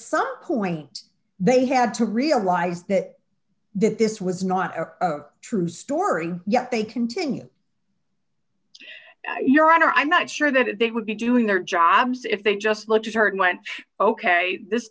some point they had to realize that this was not a true story yet they continue your honor i'm not sure that they would be doing their jobs if they just looked at her and went ok this